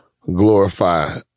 glorify